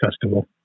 festival